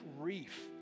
grief